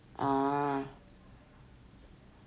ah